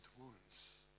wounds